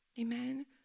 amen